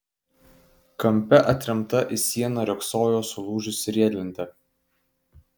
kampe atremta į sieną riogsojo sulūžusi riedlentė